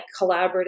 collaborative